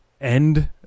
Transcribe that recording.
end